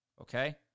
Okay